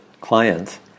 clients